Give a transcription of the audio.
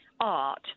art